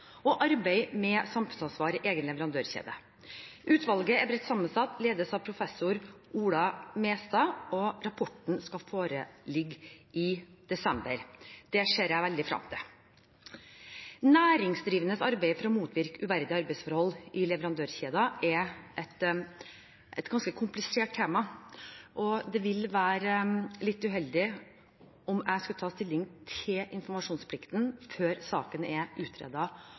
og om arbeid med samfunnsansvar i egen leverandørkjede. Utvalget er bredt sammensatt og ledes av professor Ola Mestad, og rapporten skal foreligge i desember. Det ser jeg veldig frem til. Næringsdrivendes arbeid for å motvirke uverdige arbeidsforhold i leverandørkjeden er et ganske komplisert tema, og det ville være litt uheldig om jeg skulle ta stilling til informasjonsplikten før saken er